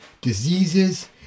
Diseases